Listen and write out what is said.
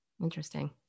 Interesting